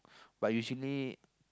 but usually